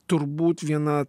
turbūt viena